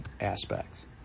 aspects